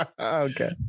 okay